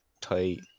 tight